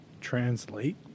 Translate